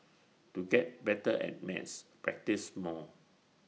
to get better at maths practise more